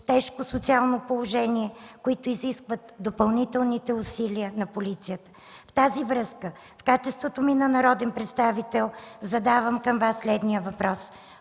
в тежко социално положение, които изискват допълнителните усилия на полицията. В тази връзка в качеството ми на народен представител задавам към Вас следния въпрос: